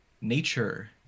nature